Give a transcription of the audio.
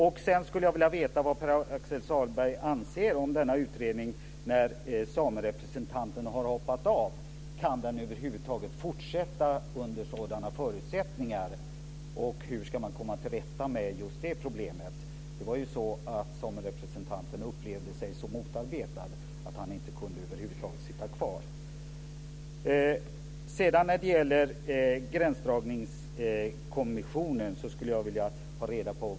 Vad anser Pär-Axel Sahlberg om utredningen när samerepresentanten har hoppat av? Kan den över huvud taget fortsätta under sådana förutsättningar? Samerepresentanten upplevde sig så motarbetad att han över huvud taget inte kunde sitta kvar.